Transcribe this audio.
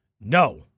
No